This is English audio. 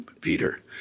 Peter